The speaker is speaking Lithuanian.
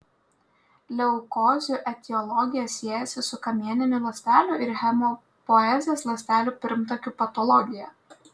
leukozių etiologija siejasi su kamieninių ląstelių ir hemopoezės ląstelių pirmtakių patologija